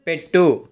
పెట్టు